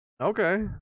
Okay